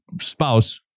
spouse